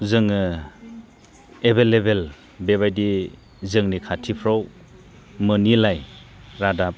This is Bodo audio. जोङो एभेलेबेल बेबादि जोंनि खाथिफ्राव मोनिलाय रादाब